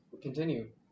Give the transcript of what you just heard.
continue